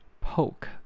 Poke